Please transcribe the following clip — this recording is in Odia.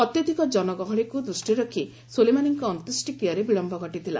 ଅତ୍ୟଧିକ ଗହଳିକୁ ଦୃଷ୍ଟିରେ ରଖି ସୋଲେମାନିଙ୍କ ଅନ୍ତ୍ୟେଷ୍ଟିକ୍ରିୟାରେ ବିଳମ୍ବ ଘଟିଥିଲା